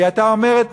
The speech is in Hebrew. היא הייתה אומרת,